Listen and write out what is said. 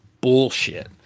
bullshit